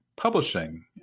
publishing